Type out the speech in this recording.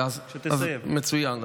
מצוין.